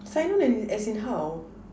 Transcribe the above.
sign on as as in how